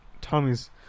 Tommy's